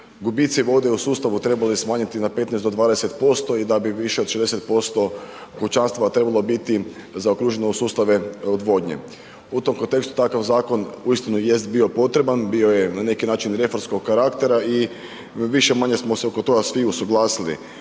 gubici vode u sustavu trebali smanjiti na 15 do 20% i da bi više od 60% kućanstava trebalo biti zaokruženo u sustave odvodnje. U tom kontekstu takav zakon uistinu jest bio potreban bio je na neki način reformskog karaktera i više-manje smo se oko toga svi usuglasili.